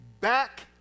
back